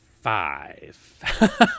five